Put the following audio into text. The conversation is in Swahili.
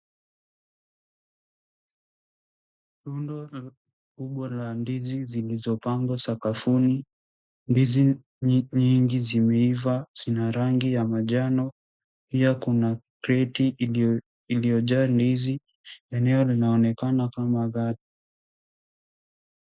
Rundo kubwa za ndizi zilizopangwa sakafuni. Ndizi nyingi zimeiva zina rangi ya manjano. Pia kuna kreti iliyojaa ndizi. Eneo linaonekana kama ghala.